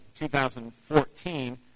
2014